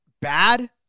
bad